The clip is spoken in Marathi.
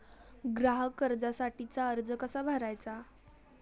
ग्राहक कर्जासाठीचा अर्ज कसा भरायचा?